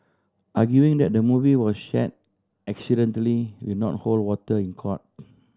arguing that the movie was share accidentally will not hold water in court